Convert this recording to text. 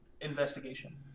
Investigation